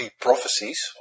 prophecies